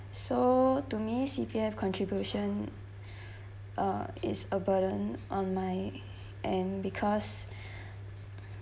so to me C_P_F contribution uh it's a burden on my end because